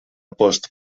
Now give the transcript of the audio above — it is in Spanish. post